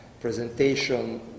presentation